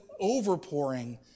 overpouring